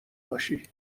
باشی